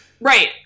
right